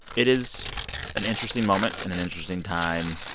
it is an interesting moment and an interesting time